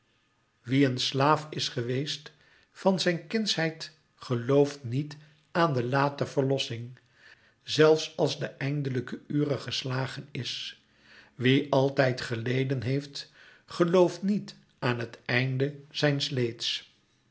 wie een slaaf is geweest van zijn kindsheid gelooft niet aan de late verlossing zelfs als de eindelijke ure geslagen is wie altijd geleden heeft gelooft niet aan het einde zijns leeds